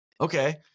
Okay